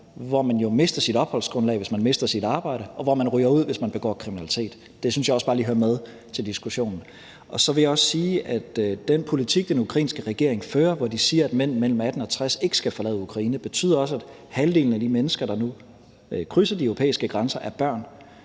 hvor man jo mister sit opholdsgrundlag, hvis man mister sit arbejde, og hvor man ryger ud, hvis man begår kriminalitet. Det synes jeg også bare lige hører med til diskussionen. Så vil jeg også sige, at den politik, den ukrainske regering fører, hvor de siger, at mænd mellem 18 og 60 år ikke skal forlade Ukraine, også betyder, at halvdelen af de mennesker, der nu krydser de europæiske grænser, er børn,